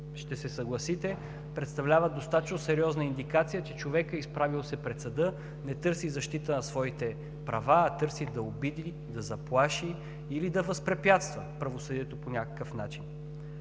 ще се съгласите, представляват достатъчно сериозна индикация, че човекът, изправил се пред съда, не търси защита на своите права, а търси да обиди, да заплаши или да възпрепятства правосъдието по някакъв начин.